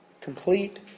complete